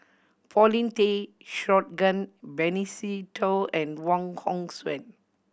Paulin Tay Straughan Benny Se Teo and Wong Hong Suen